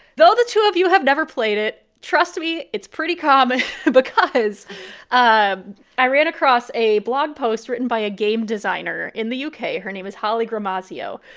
though the two of you have never played it, trust me, it's pretty common because ah i ran across a blog post written by a game designer in the u k. her name is holly gramazio.